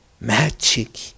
magic